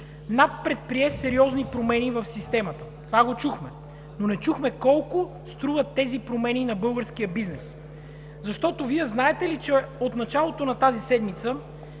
предприе сериозни промени в системата – това го чухме, но не чухме колко струват тези промени на българския бизнес. Вие знаете ли, че от началото на тази седмица